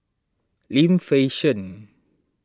Lim Fei Shen